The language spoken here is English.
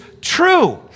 true